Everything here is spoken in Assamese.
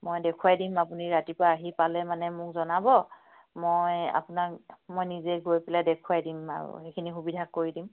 মই দেখুৱাই দিম আপুনি ৰাতিপুৱা আহি পালে মানে মোক জনাব মই আপোনাক মই নিজে গৈ পেলাই দেখুৱাই দিম আৰু সেইখিনি সুবিধা কৰি দিম